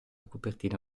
copertina